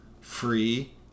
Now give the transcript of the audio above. free